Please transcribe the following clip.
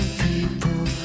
people